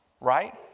right